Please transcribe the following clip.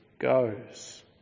goes